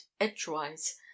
edgewise